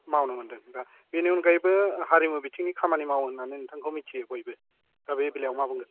मावनो मोन्दों दा बेनि अनगायैबो हारिमु बिथिंनि खामानि मावो होननानै नोंथांखौ मिथियो बयबो दा बे बेलायाव मा बुंगोन